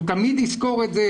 הוא תמיד יזכור את זה,